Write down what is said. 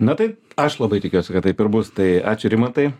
na tai aš labai tikiuosi kad taip ir bus tai ačiū rimantai